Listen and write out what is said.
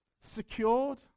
secured